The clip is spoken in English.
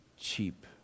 cheap